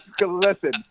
listen